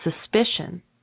suspicion